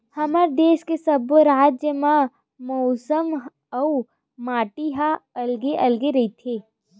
हमर देस के सब्बो राज के मउसम अउ माटी ह अलगे अलगे रहिथे